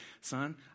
son